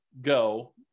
go